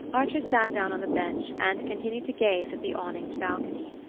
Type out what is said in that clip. archer sat down on the bench and continued to gaze at the awninged balcony.